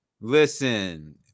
Listen